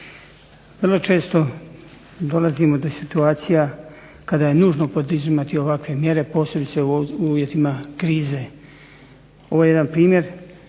Vrlo često dolazimo do situacija kada je nužno poduzimati ovakve mjere, posebice u uvjetima krize. Ovo je jedan primjer